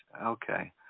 Okay